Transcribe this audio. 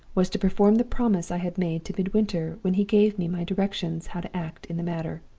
was to perform the promise i had made to midwinter, when he gave me my directions how to act in the matter.